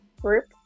group